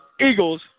Eagles